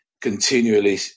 continually